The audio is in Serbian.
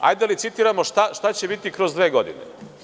Hajde da licitiramo šta će biti kroz dve godine.